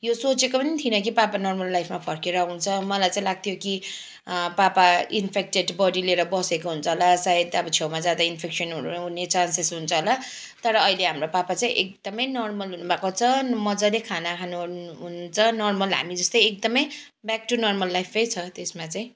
यो सोचेको पनि थिइनँ कि पापा नर्मल लाइफमा फर्केर आउँछ मलाई चाहिँ लाग्थ्यो कि पापा इन्फेक्टेड बडी लिएर बसेको हुन्छ होला सायद अब छेउमा जाँदा इन्फेक्सनहरू हुने चान्सेस हुन्छ होला तर अहिले हाम्रो पापा चाहिँ एकदमै नर्मल हुनुभएको छ मजाले खाना खानुहुन्छ नर्मल हामी जस्तै एकदमै ब्याक टु नर्मल लाइफै छ त्यसमा चाहिँ